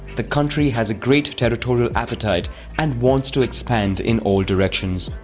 the country has a great territorial appetite and wants to expand in all directions.